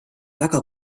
väga